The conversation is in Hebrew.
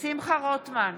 שמחה רוטמן,